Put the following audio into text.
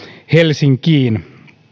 helsinkiin